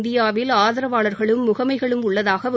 இந்தியாவில் ஆதரவாளா்களும் முகமைகளும் உள்ளதாகவும்